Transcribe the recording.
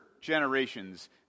generations